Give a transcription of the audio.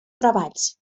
treballs